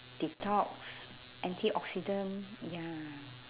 detox antioxidant ya